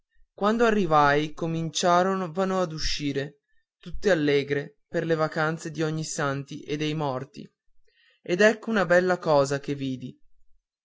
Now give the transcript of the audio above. sono quando arrivai cominciavano a uscire tutte allegre per le vacanze d'ognissanti e dei morti ed ecco una bella cosa che vidi